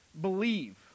believe